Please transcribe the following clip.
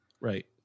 Right